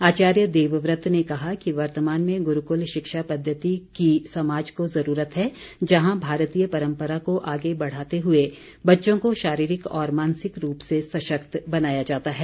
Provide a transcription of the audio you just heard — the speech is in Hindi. आचार्य देवव्रत ने कहा कि वर्तमान में गुरूकुल शिक्षा पद्यति की समाज को ज़रूरत है जहां भारतीय परम्परा को आगे बढ़ाते हुए बच्चों को शारीरिक और मानसिक रूप से सशक्त बनाया जाता है